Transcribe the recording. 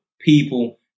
people